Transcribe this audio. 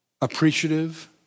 appreciative